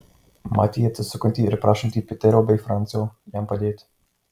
matė jį atsisukantį ir prašantį piterio bei francio jam padėti